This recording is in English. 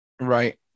Right